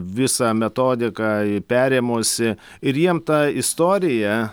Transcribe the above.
visą metodiką perėmusi ir jiem ta istorija